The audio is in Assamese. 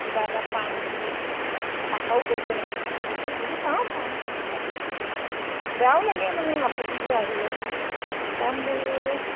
কিবা এটা পাম বুলি ধৰক আশাও কৰিছে নহয় জানো আমি বুজি পাওঁ পাওঁ এইবিলাক মানে বেয়াও লাগে মানে আপত্তিবোৰ আহিলে কামবোৰ